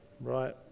Right